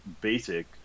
basic